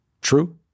True